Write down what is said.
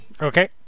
Okay